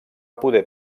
poder